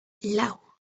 lau